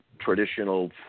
traditional